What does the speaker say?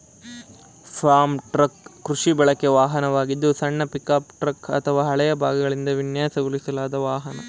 form truck ಕೃಷಿ ಬಳಕೆ ವಾಹನವಾಗಿದ್ದು ಸಣ್ಣ ಪಿಕಪ್ ಟ್ರಕ್ ಅಥವಾ ಹಳೆಯ ಭಾಗಗಳಿಂದ ವಿನ್ಯಾಸಗೊಳಿಸಲಾದ ವಾಹನ